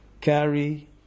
carry